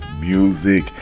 music